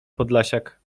podlasiak